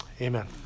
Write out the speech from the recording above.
amen